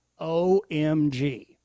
OMG